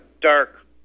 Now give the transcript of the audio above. dark